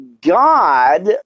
God